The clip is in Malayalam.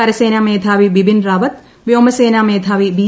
കരസേനാ മേധാവി ബിപിൻ റാവത്ത് വ്യോമസേനാ മേധാവി ബി